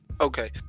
okay